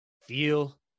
feel